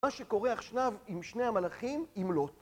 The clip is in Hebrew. מה שקורה אכשניו עם שני המלאכים, אם לא טוב.